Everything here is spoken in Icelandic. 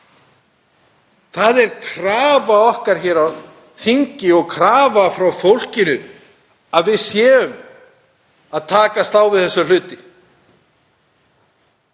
Það er krafa okkar hér á þingi og krafa frá fólkinu að við séum að takast á við þessa hluti.